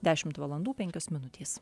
dešimt valandų penkios minutės